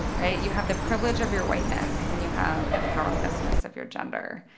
right? you have the privilege of your whiteness and you have the powerlessness of your gender.